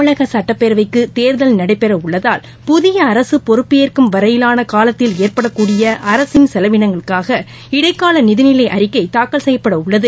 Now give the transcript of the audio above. தமிழகசட்டப்பேரவைக்குதேர்தல் நடைபெறஉள்ளதால் புதியஅரசுபொறுப்பு ஏற்கும் வரையிவானகாலத்தில் ஏற்படக்கூடியஅரசின் செலவினங்களுக்காக இடைக்காலநிதிநிலைஅறிக்கைதாக்கல் செய்யப்படஉள்ளது